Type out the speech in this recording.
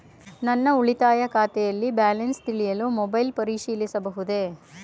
ನನ್ನ ಉಳಿತಾಯ ಖಾತೆಯಲ್ಲಿ ಬ್ಯಾಲೆನ್ಸ ತಿಳಿಯಲು ಮೊಬೈಲ್ ಪರಿಶೀಲಿಸಬಹುದೇ?